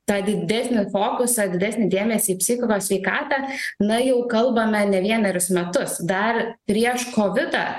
tą didesnį fokusą didesnį dėmesį į psichikos sveikatą na jau kalbame ne vienerius metus dar prieš kovidą